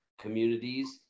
communities